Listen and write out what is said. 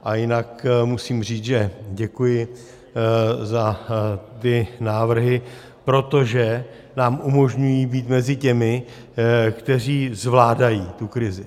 A jinak musím říct, že děkuji za ty návrhy, protože nám umožňují být mezi těmi, kteří zvládají tu krizi.